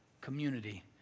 community